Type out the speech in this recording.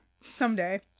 someday